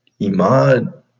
Imad